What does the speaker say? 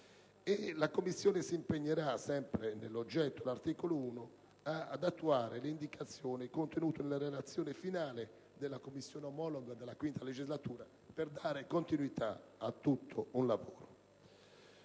La Commissione si impegnerà, sempre sulla base dell'oggetto indicato nell'articolo 1, ad attuare l'indicazione contenuta nella relazione finale della Commissione omologa della XV legislatura per dare continuità al lavoro